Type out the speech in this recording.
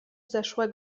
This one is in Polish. zeszłe